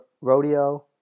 rodeo